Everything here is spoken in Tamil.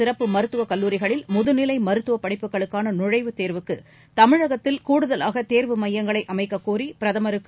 சிறப்பு மருத்துவகல்லூரிகளில் உயர் முதுநிலைமருத்துவபடிப்புகளுக்கானநுழைவுத்தோவுக்குதமிழகத்தில் கூடுதலாகதேர்வு மையங்களைஅமைக்கக்கோரிபிரதமருக்கு